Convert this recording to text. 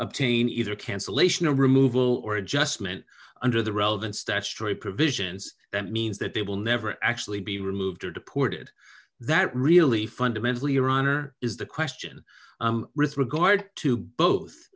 obtain either cancellation of removal or adjustment under the relevant statutory provisions that means that they will never actually be removed or deported that really fundamentally iran or is the question regard to both